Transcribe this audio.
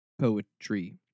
poetry